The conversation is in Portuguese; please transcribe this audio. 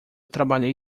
trabalhei